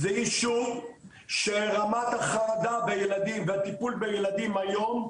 זה יישוב שרמת החרדה בילדים והטיפול בילדים היום,